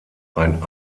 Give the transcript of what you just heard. ein